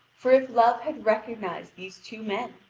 for if love had recognised these two men,